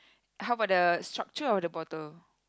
how about the structure of the bottle